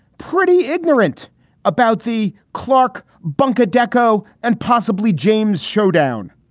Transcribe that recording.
pretty ignorant about the clark bunker, decco, and possibly james showdown.